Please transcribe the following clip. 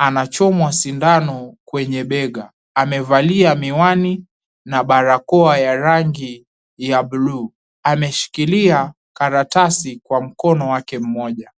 anachomwa sindano kwenye bega amevalia miwani na barakoa ya rangi ya buluu ameshikilia karatasi kwa mkono wake mmoja.